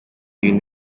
ibintu